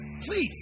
Please